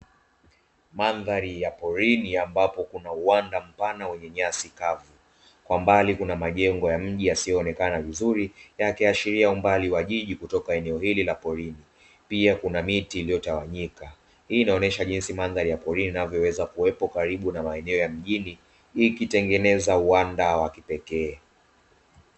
Mandhari ya porini ambapo kuna uwanda mpana wenye nyasi kavu, kwa mbali kuna majengo ya mji yasiyoonekana vizuri yakiashiria umbali wa jiji kutoka eneo hili la porini pia kuna miti iliyotawanyika, hii inaonyesha jinsi mandhari ya porini inavyoweza kuwepo karibu na maeneo ya mjini ikitengeneza uwanda wa kipekee.